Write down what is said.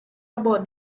about